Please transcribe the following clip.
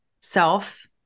self